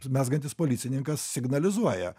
mezgantis policininkas signalizuoja